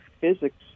physics